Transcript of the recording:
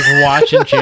watching